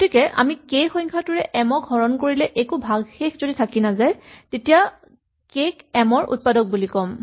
গতিকে যদি আমি কে সংখ্যাটোৰে এম ক হৰণ কৰিলে একো ভাগশেষ থাকি নাযায় তেতিয়া আমি কে ক এম ৰ উৎপাদক বুলি ক'ম